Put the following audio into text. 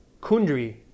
Kundri